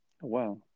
Wow